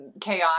chaos